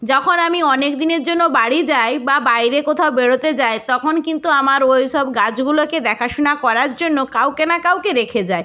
যখন আমি অনেক দিনের জন্য বাড়ি যাই বা বাইরে কোথাও বেড়াতে যাই তখন কিন্তু আমার ওই সব গাছগুলোকে দেখাশোনা করার জন্য কাউকে না কাউকে রেখে যাই